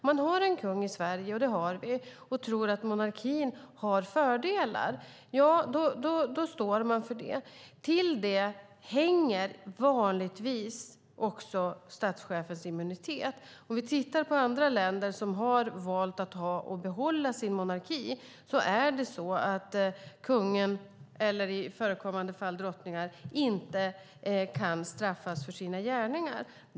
Om man har en kung i Sverige, och det har vi, och tror att monarkin har fördelar står man för det. Med det sammanhänger vanligtvis också statschefens immunitet. Om vi tittar på andra länder som har valt att behålla sin monarki ser vi att det är så att kungen eller i förekommande fall drottningen inte kan straffas för sina gärningar.